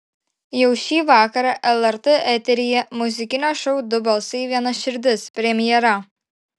jau šį vakarą lrt eteryje muzikinio šou du balsai viena širdis premjera